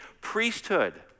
priesthood